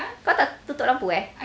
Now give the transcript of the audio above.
kau tak tutup lampu eh